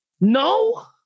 No